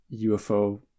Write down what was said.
UFO